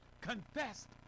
confessed